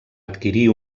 adquirir